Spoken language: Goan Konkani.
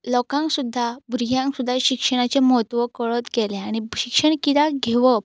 लोकांक सुद्दां भुरग्यांक सुद्दां शिक्षणाचें म्हत्व कळत गेलें आनी शिक्षण कित्याक घेवप